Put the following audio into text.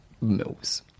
Mills